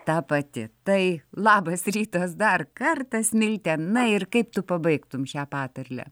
ta pati tai labas rytas dar kartą smilte na ir kaip tu pabaigtum šią patarlę